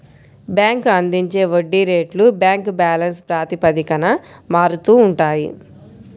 bank అందించే వడ్డీ రేట్లు బ్యాంక్ బ్యాలెన్స్ ప్రాతిపదికన మారుతూ ఉంటాయి